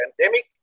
pandemic